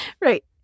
Right